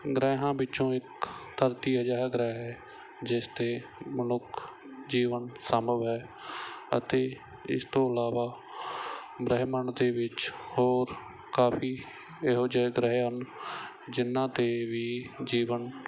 ਗ੍ਰਹਿਆਂ ਵਿੱਚੋਂ ਇੱਕ ਧਰਤੀ ਅਜਿਹਾ ਗ੍ਰਹਿ ਹੈ ਜਿਸ 'ਤੇ ਮਨੁੱਖ ਜੀਵਨ ਸੰਭਵ ਹੈ ਅਤੇ ਇਸ ਤੋਂ ਇਲਾਵਾ ਬ੍ਰਹਿਮੰਡ ਦੇ ਵਿੱਚ ਹੋਰ ਕਾਫ਼ੀ ਇਹੋ ਜਿਹੇ ਗ੍ਰਹਿ ਹਨ ਜਿੰਨ੍ਹਾਂ 'ਤੇ ਵੀ ਜੀਵਨ